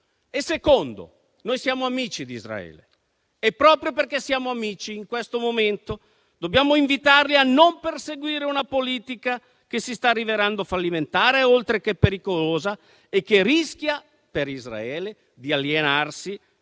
elemento: noi siamo amici di Israele e, proprio perché siamo amici, in questo momento dobbiamo invitarli a non perseguire una politica che si sta rivelando fallimentare oltre che pericolosa e che rischia di alienare